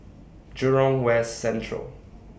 Jurong West Central